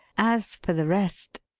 as for the rest